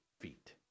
feet